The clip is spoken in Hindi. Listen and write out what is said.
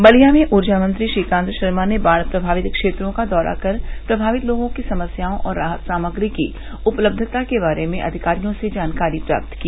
बलिया में ऊर्जा मंत्री श्रीकांत शर्मा ने बाढ़ प्रमावित क्षेत्रों का दौरा कर प्रभावित लोगों की समस्याओं और राहत सामग्री की उपलब्यता के बारे में अधिकारियों से जानकारी प्राप्त की